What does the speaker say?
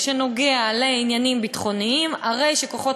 כשזה נוגע לעניינים ביטחוניים הרי שכוחות